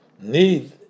need